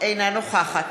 אינה נוכחת